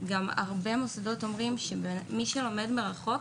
גם הרבה מוסדות אומרים שמי שלומד מרחוק,